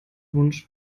wunsch